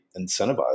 incentivized